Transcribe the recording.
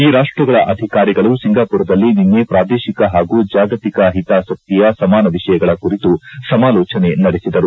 ಈ ರಾಷ್ಟಗಳ ಅಧಿಕಾರಿಗಳು ಸಿಂಗಾಮರ್ದಲ್ಲಿ ನಿನ್ನೆ ಪ್ರಾದೇಶಿಕ ಹಾಗೂ ಜಾಗತಿಕ ಹಿತಾಸಕ್ತಿಯ ಸಮಾನ ವಿಷಯಗಳ ಕುರಿತು ಸಮಾಲೋಚನೆ ನಡೆಸಿದರು